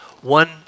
one